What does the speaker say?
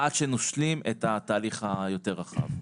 עד שנשלים את התהליך היותר רחב.